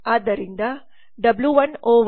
ಆದ್ದರಿಂದ W 1 O 1